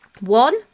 one